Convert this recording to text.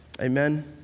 Amen